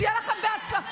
שיהיה לכם בהצלחה.